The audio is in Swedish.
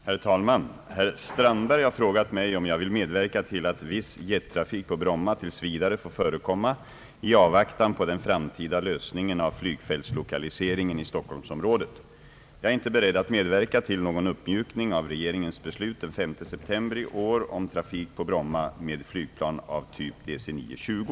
Herr talman! Herr Strandberg har frågat mig om jag vill medverka till att viss jettrafik på Bromma tills vidare får förekomma i avvaktan på den framtida lösningen av flygfältslokaliseringen i stockholmsområdet. Jag är inte beredd att medverka till någon uppmjukning av regeringens beslut den 5 september i år om trafik på Bromma med flygplan av typ DC 9-20.